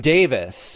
Davis